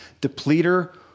depleter